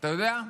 אתה יודע?